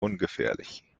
ungefährlich